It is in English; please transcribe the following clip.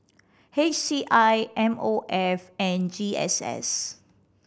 H C I M O F and G S S